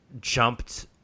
jumped